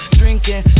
drinking